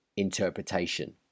Interpretation